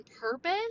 purpose